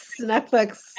Netflix